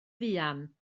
fuan